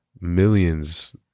millions